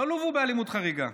לא לווו באלימות חריגה,